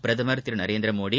பிரதமர் திரு நரேந்திரமோடி